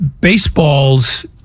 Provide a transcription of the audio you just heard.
baseball's